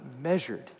measured